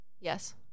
Yes